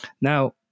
Now